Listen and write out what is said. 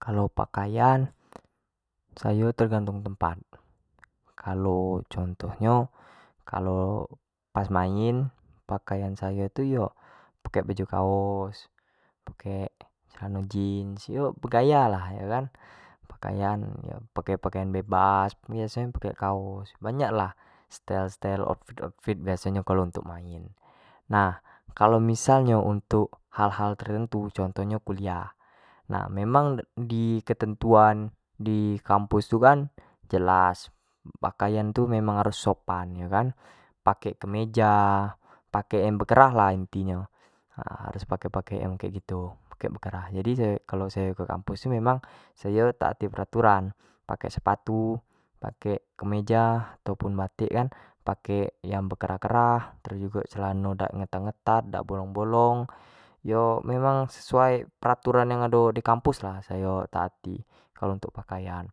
Kalo pakaian sayo tergantung tempat, kalo contoh nyo, kalo pas main, pakain sayo tu yo pakai baju kaos, pake celano jeans, yo begaya lah yo kan, pakaian yo pake pakain bebas, biaso nyo pake kaos, banyak lah stel- stel otfit- outfit biaso nyo untuk main, nah kalau misal nyo untuk hal-hal tertentu, misal nyo kuliah, nah memang di ketentuan di kampus itu kan jelas pakaian tu harus sopan yo kan, pake kemeja, pake kerah lah inti nyo, harus pake-pake yang kek gitu, pake bekerah, jadi kalo ke kampus sayo kan emang taati pertauran, pake sepatu pake kemeja atau pun batik kan, pake yang berkerah- kerah dan pake celano yang idak ngetat- ngetat, dak bolong-bolong yo memang sesuai dengan peraturan yang ado di kampus lah sayo taati kalau untuk pakaian,